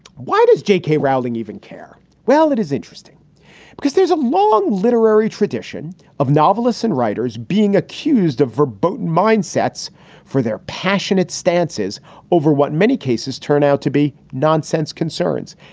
why does j k. rowling even care? well, it is interesting because there's a long literary tradition of novelists and writers being accused of verboten mindsets for their passionate stances over what many cases turn out to be nonsense concerns.